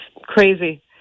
crazy